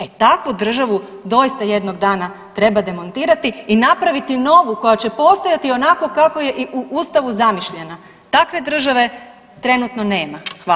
E takvu državu doista jednog dana treba demontirati i napraviti novu koja će postojati onako kako je i u Ustavu zamišljena, takve države trenutno nema.